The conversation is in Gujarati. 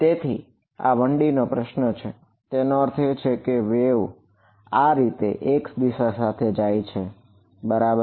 તેથી આ 1D નો પ્રશ્ન છે તેનો અર્થ એ છે કે વેવ આ રીતે x દિશા સાથે જાય છે બરાબર